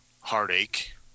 heartache